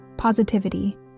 positivity